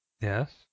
Yes